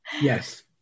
Yes